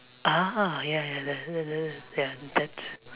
ah ya ya ya that that that ya that's